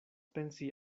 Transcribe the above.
pensi